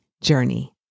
journey